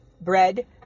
bread